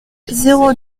zéro